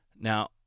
Now